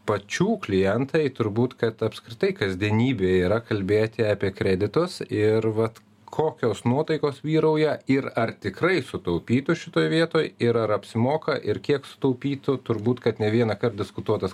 pačių klientai turbūt kad apskritai kasdienybė yra kalbėti apie kreditus ir vat kokios nuotaikos vyrauja ir ar tikrai sutaupytų šitoj vietoj ir ar apsimoka ir kiek sutaupytų turbūt kad ne vienąkart diskutuotas